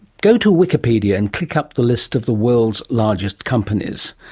go to wikipedia and click up the list of the world's largest companies.